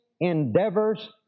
endeavors